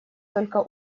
только